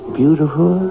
beautiful